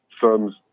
Firms